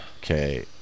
okay